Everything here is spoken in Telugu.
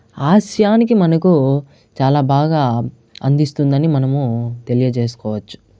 హాస్యాన్ని మనకు చాలా బాగా అందిస్తుందని మనము తెలియజేసుకోవచ్చు